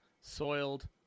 soiled